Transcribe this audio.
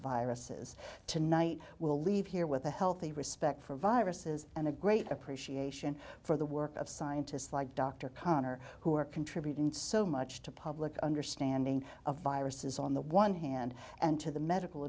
viruses tonight will leave here with a healthy respect for viruses and a great appreciation for the work of scientists like dr connor who are contributing so much to public understanding of viruses on the one hand and to the medical